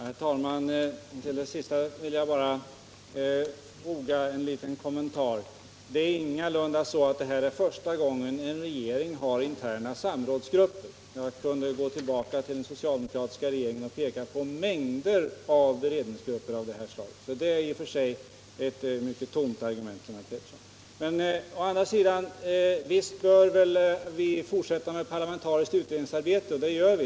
Herr talman! Till det sista vill jag bara foga en liten kommentar. Detta är ingalunda första gången en regering har interna samrådsgrupper. Jag skulle kunna gå tillbaka till den socialdemokratiska regeringen och peka på en mängd beredningsgrupper av det här slaget. Det är alltså ett mycket tunt argument från herr Pettersson. Men visst bör vi fortsätta med parlamentariskt utredningsarbete. Det gör vi.